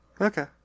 Okay